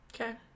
Okay